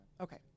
Okay